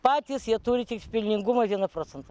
patys jie turi tik pelningumo vieną procentą